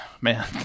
man